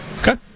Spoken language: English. Okay